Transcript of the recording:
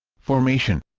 formation